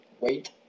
wait